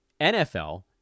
NFL